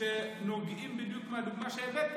שנוגעים בדיוק בדוגמה שהבאתי.